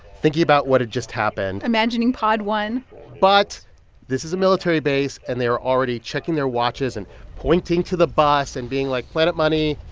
thinking about what had just happened imagining pod one point but this is a military base. and they are already checking their watches and pointing to the bus and being like, planet money,